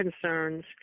concerns